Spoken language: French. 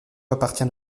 appartient